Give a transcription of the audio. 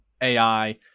AI